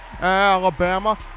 Alabama